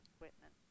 equipment